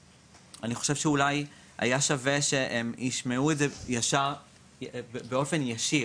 שאולי היה שווה שהם ישמעו את זה באופן ישיר.